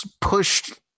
pushed